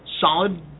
solid